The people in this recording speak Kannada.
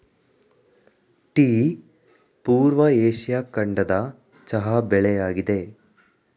ಟೀ ಪೂರ್ವ ಏಷ್ಯಾ ಖಂಡದ ಚಹಾ ಬೆಳೆಯಾಗಿದೆ